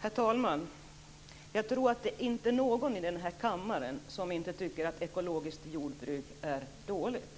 Herr talman! Det finns inte någon i kammaren som tycker att ekologiskt jordbruk är dåligt.